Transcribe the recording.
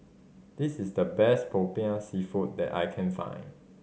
this is the best Popiah Seafood that I can find